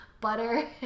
butter